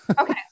Okay